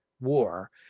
war